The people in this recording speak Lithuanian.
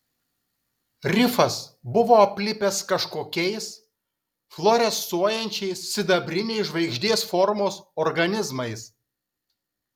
rifas buvo aplipęs kažkokiais fluorescuojančiais sidabriniais žvaigždės formos organizmais